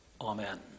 Amen